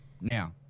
now